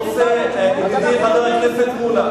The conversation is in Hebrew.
ידידי חבר הכנסת מולה,